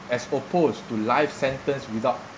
as opposed to life sentence without